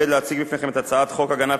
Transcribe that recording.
סדר-היום: